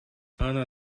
она